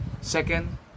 Second